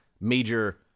major